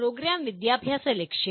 programme വിദ്യാഭ്യാസ ലക്ഷ്യങ്ങൾ